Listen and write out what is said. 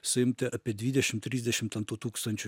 suimti apie dvidešim trisdešim ten tų tūkstančių